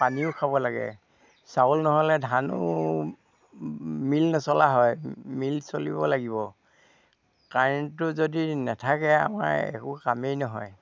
পানীও খাব লাগে চাউল নহ'লে ধানো মিল নচলা হয় মিল চলিব লাগিব কাৰেণ্টটো যদি নেথাকে আমাৰ একো কামেই নহয়